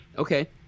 Okay